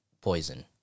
poison